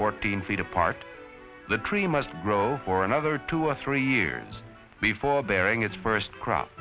fourteen feet apart the tree must grow for another two or three years before bearing its first crop